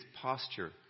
posture